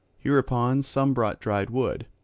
hereupon some brought dried wood,